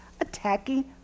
attacking